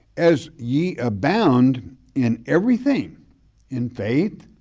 as ye abound in everything in faith